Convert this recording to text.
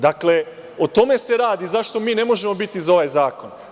Dakle, o tome se radi zašto mi ne možemo biti za ovaj zakon.